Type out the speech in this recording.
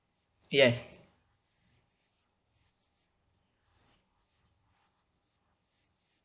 yes